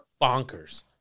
bonkers